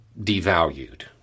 devalued